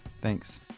Thanks